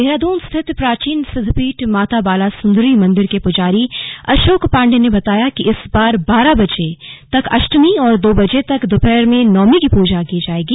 देहरादून स्थित प्राचीन सिद्वपीठ माता बाला सुन्दरी मंदिर के पुजारी अशोक पाण्डे ने बताया कि इस बार बारह बजे तक अष्टमी और दो बजे दोपहर से नवमी की पूजा की जायेगी